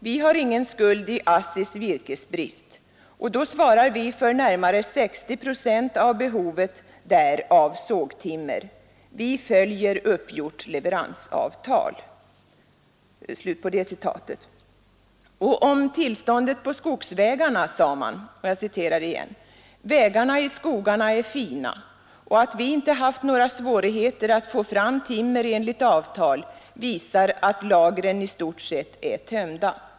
Vi har ingen skuld i ASSI:s virkesbrist, och då svarar vi för närmare 60 procent av behovet där av sågtimmer. Vi följer uppgjort leveransavtal.” Nr 86 Om tillståndet på skogsvägarna sade man: ”Vägarna i skogarna är fina, Måndagen den och att vi inte haft några svårigheter att få fram timmer enligt avtal, visar 14 maj 1973 att lagren i stort sett är tömda.